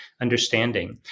understanding